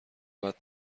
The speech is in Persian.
بعد